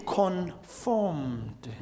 conformed